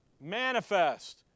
Manifest